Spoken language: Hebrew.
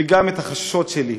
וגם את החששות שלי.